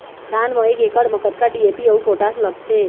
धान म एक एकड़ म कतका डी.ए.पी अऊ पोटास लगथे?